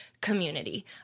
community